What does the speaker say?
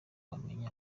bamenye